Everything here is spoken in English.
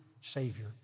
Savior